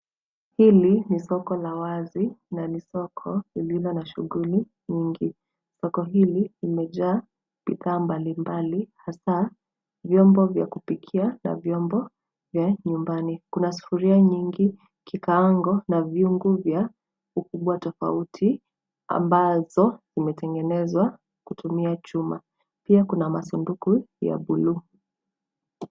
Hili ni soko la wazi na ni soko lililo na shughuli nyingi. Soko hili limejaa bidhaa mbalimbali hasa vyombo vya kupikia na vyombo vya nyumbani. Kuna sufuria nyingi , kikaango na vyungu vya ukubwa tofauti, ambazo zimetengenezwa kutumia chuma . Pia kuna masanduku ya buluu.